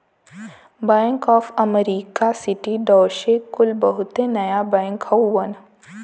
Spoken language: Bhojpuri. bank of America, Citi, Deutsche कुल बहुते नया बैंक हउवन